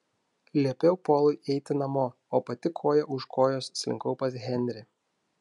liepiau polui eiti namo o pati koja už kojos slinkau pas henrį